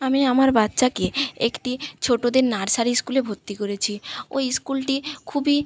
আমি আমার বাচ্চাকে একটি ছোটোদের নার্সারি স্কুলে ভর্তি করেছি ওই স্কুলটি খুবই